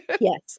Yes